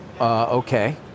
Okay